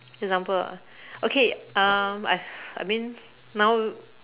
example ah okay um I I mean now